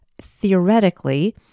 theoretically